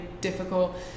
difficult